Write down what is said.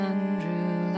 Andrew